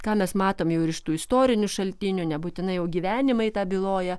ką mes matom jau iš tų istorinių šaltinių nebūtinai jau gyvenimai tą byloja